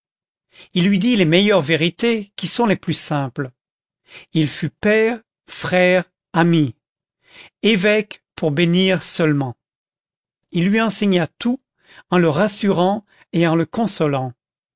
il lui dit les meilleures vérités qui sont les plus simples il fut père frère ami évêque pour bénir seulement il lui enseigna tout en le rassurant et en le consolant